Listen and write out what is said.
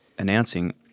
Announcing